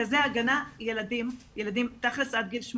מרכזי ההגנה, ילדים, תכל'ס עד גיל 18